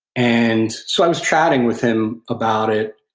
and so i was chatting with him about it,